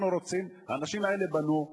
האנשים האלה בנו,